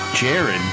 Jared